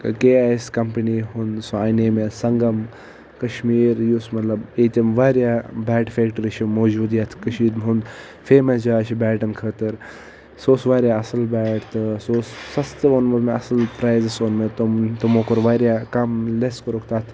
K A S company ہنٛد سُہ انے مےٚ سنگم کشمیر یُس مطلب ییٚتہ واریا بیٹ فیٚکٹری چھ موجود یتھ کٕشیر ہنٛد فیمَس جاے چھ بیٹن خٲطرٕ سُہ اوس واریا اصل بیٹ تہٕ سُہ اوس سستہٕ اوٚنمت مٚے اصل پرایزس اوٚن مےٚ تِم تِمو کوٚر واریا کم لیٚس کوٚرُکھ تتھ